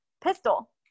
pistol